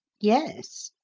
yes.